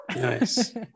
Nice